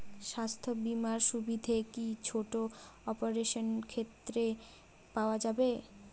স্বাস্থ্য বীমার সুবিধে কি ছোট অপারেশনের ক্ষেত্রে পাওয়া যাবে?